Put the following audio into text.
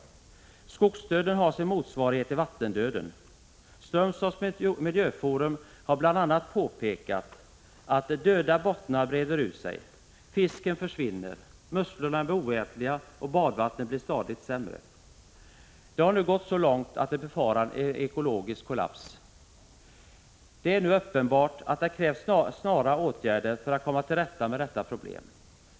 Skogsdöden har sin motsvarighet i vattendöden. Strömstads miljöforum har bl.a. påpekat att döda bottnar breder ut sig, fisken försvinner, musslorna blir oätliga och badvattnet blir stadigt sämre. Det har nu gått så långt att man befarar en ekologisk kollaps. Det är nu uppenbart att det krävs snara åtgärder för att komma till rätta med detta problem.